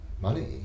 money